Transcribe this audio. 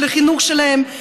על החינוך שלהם,